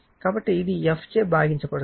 కాబట్టి ఇది f చే భాగించబడుతుంది